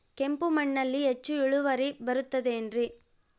ಕೆಂಪು ಮಣ್ಣಲ್ಲಿ ಹೆಚ್ಚು ಇಳುವರಿ ಬರುತ್ತದೆ ಏನ್ರಿ?